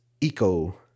eco